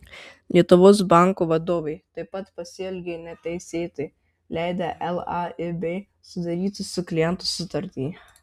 lietuvos banko vadovai taip pat pasielgė neteisėtai leidę laib sudaryti su klientu sutartį